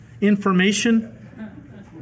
information